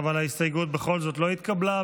אבל ההסתייגות בכל זאת לא התקבלה.